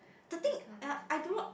the thing ya I don't know